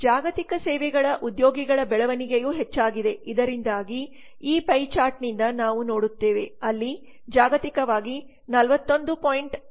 ಜಾಗತಿಕ ಸೇವೆಗಳ ಉದ್ಯೋಗಿಗಳ ಬೆಳವಣಿಗೆಯೂ ಹೆಚ್ಚಾಗಿದೆ ಇದರಿಂದಾಗಿ ಈ ಪೈ ಚಾರ್ಟ್ನಿಂದ ನಾವು ನೋಡುತ್ತೇವೆ ಅಲ್ಲಿ ಜಾಗತಿಕವಾಗಿ 41